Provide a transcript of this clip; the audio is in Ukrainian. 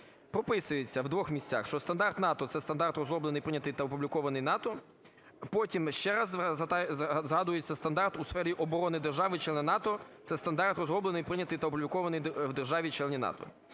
прописується у двох місцях, що стандарт НАТО – це стандарт, розроблений прийнятий та опублікований НАТО. Потім ще раз згадується стандарт у сфері оборони держави-члена НАТО – це стандарт, розроблений і прийнятий та опублікований в державі-члені НАТО.